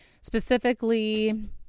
Specifically